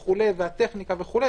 הטכניקה וכו',